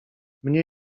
mnie